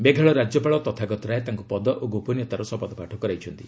ମେଘାଳୟ ରାଜ୍ୟପାଳ ତଥାଗତ ରାୟ ତାଙ୍କୁ ପଦ ଓ ଗୋପନୀୟତାର ଶପଥପାଠ କରାଇଛନ୍ତି